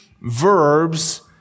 verbs